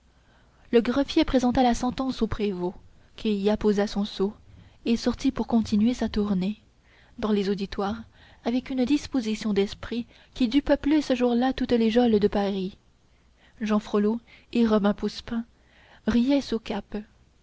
le greffier présenta la sentence au prévôt qui y apposa son sceau et sortit pour continuer sa tournée dans les auditoires avec une disposition d'esprit qui dut peupler ce jour-là toutes les geôles de paris jehan frollo et robin poussepain riaient sous cape